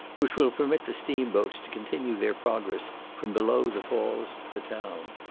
which will permit the steam-boats to continue their progress from below the falls to the town.